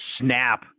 snap